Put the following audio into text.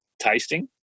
tasting